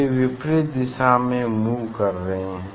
ये विपरीत दिशा में मूव कर रहे है